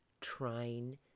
trying